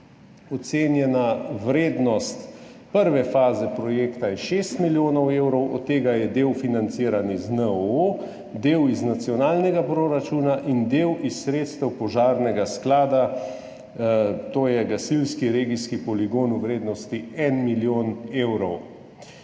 Ocenjena vrednost prve faze projekta je 6 milijonov evrov, od tega je del financiran iz NOO, del iz nacionalnega proračuna in del iz sredstev požarnega sklada, to je gasilski regijski poligon v vrednosti 1 milijon evrov.